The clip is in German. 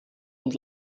und